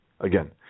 again